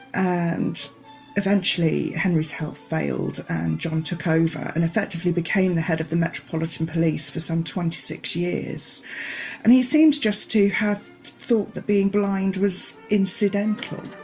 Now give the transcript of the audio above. and eventually henry's health failed and john took over and effectively became the head of the metropolitan police for some twenty six years and he seems just to have thought that being blind was incidental